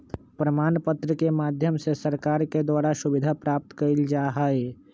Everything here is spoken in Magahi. प्रमाण पत्र के माध्यम से सरकार के द्वारा सुविधा प्राप्त कइल जा हई